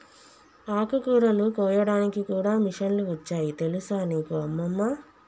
ఆకుకూరలు కోయడానికి కూడా మిషన్లు వచ్చాయి తెలుసా నీకు అమ్మమ్మ